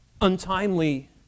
untimely